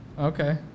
Okay